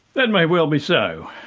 that may well be so.